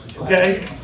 okay